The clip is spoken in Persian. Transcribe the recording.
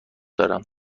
دارم